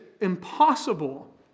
impossible